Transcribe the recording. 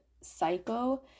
psycho